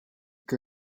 que